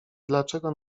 dlaczego